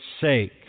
sake